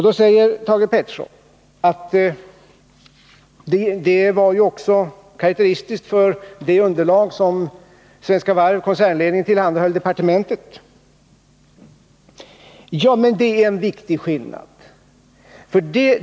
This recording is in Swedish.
Då säger Thage Peterson att det också var karakteristiskt för det underlag som Svenska Varvs koncernledning tillhandahöll departementet. Ja, men det är en viktig skillnad.